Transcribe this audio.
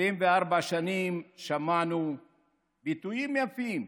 74 שנים שמענו ביטויים יפים,